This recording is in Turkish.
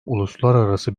uluslararası